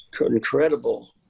incredible